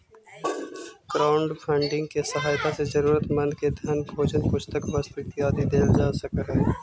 crowdfunding के सहायता से जरूरतमंद के धन भोजन पुस्तक वस्त्र इत्यादि देल जा सकऽ हई